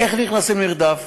איך נכנסים למרדף,